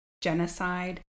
genocide